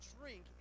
drink